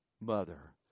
mother